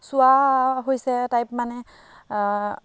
চুৱা হৈছে টাইপ মানে